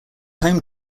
home